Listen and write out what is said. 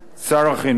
שר החינוך.